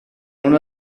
una